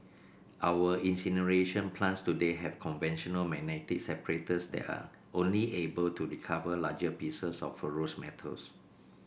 our incineration plants today have conventional magnetic separators that are only able to recover larger pieces of ferrous metals